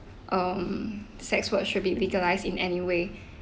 um sex work should be legalised in any way